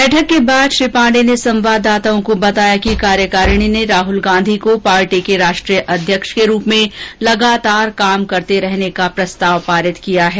बैठक के बाद श्री पांडे ने संवाददताओं को बताया कि कार्यकारिणी ने राहल गांधी को पार्टी के राष्ट्रीय अध्यक्ष के रूप में लगातार कार्य करते रहने का प्रस्ताव पारित किया है